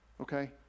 Okay